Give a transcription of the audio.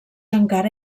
encara